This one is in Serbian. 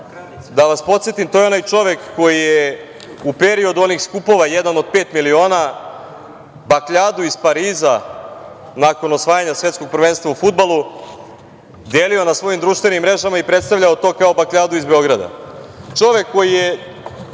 da vas podsetim to je onaj čovek koji je u periodu onih skupova „Jedan od pet miliona“ bakljadu iz Pariza nakon osvajanja Svetskog prvenstva u fudbalu delio na svojim društvenim mrežama i predstavljao to kao bakljadu iz Beograda, čovek koji je